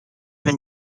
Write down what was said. been